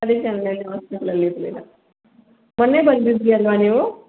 ಅದಕ್ಕೆ ನೆನ್ನೆ ಹಾಸ್ಪಿಟಲಲ್ಲಿ ಇರಲಿಲ್ಲ ಮೊನ್ನೆ ಬಂದಿದ್ರಿ ಅಲ್ವಾ ನೀವು